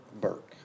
Burke